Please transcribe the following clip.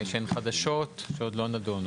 שהן חדשות ושעוד לא נדונו.